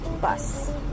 Bus